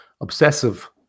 obsessive